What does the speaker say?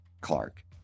Clark